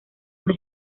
una